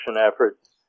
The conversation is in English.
efforts